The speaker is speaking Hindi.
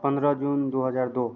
पन्द्रह जून दो हज़ार दो